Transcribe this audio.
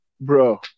bro